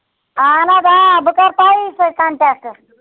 اَہَن حظ آ بہٕ کرٕ تۄہی سۭتۍ کَنٹیکٹ